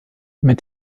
mit